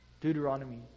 Deuteronomy